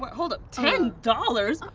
but hold up, ten dollars,